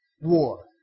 war